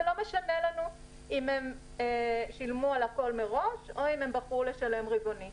זה לא משנה לנו אם הם שילמו עם הכול מראש או בחרו לשלם באופן רבעוני.